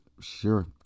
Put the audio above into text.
Sure